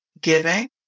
giving